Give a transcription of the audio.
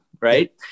Right